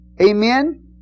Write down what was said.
amen